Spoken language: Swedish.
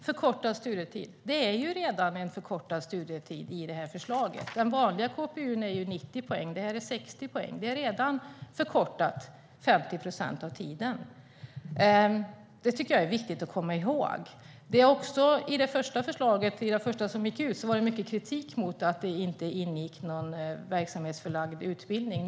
Herr talman! Det är redan en förkortad studietid i det här förslaget. Den vanliga KPU:n är ju 90 poäng, men det här handlar om 60 poäng. Den är redan förkortad med 50 procent av tiden. Detta är viktigt att komma ihåg. Det var mycket kritik mot att det i det första förslaget inte ingick någon verksamhetsförlagd utbildning.